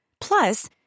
Plus